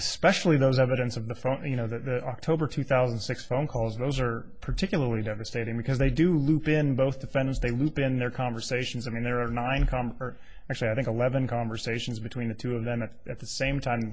especially those evidence of the phone you know the october two thousand and six phone calls those are particularly devastating because they do loop in both defendants they loop in their conversations i mean there are nine com or actually i think eleven conversations between the two of them at at the same time